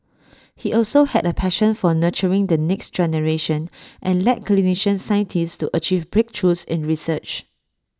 he also had A passion for nurturing the next generation and led clinician scientists to achieve breakthroughs in research